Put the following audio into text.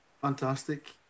Fantastic